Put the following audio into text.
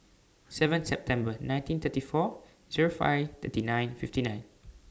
seven September nineteen thirty four Zero five thirty nine fifty nine